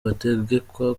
bategekwa